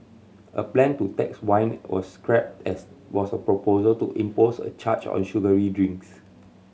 a plan to tax wine was scrapped as was a proposal to impose a charge on sugary drinks